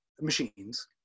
machines